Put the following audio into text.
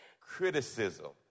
Criticism